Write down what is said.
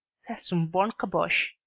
c'est une bonne caboche.